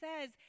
says